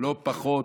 לא פחות,